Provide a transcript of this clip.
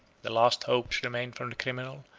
the last hope which remained for the criminal,